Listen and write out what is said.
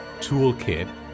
toolkit